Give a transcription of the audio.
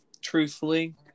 truthfully